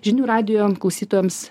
žinių radijo klausytojams